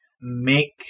Make